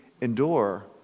endure